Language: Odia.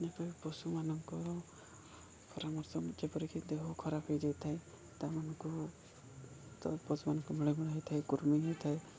ପଶୁମାନଙ୍କର ପରାମର୍ଶ ଯେପରିକି ଦେହ ଖରାପ ହେଇଯାଇ ଥାଏ ତାମାନଙ୍କୁ ତ ପଶୁମାନଙ୍କୁ ମିଳିମିଳା ହେଇଥାଏ କୁର୍ମୀ ହେଇଥାଏ